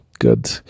good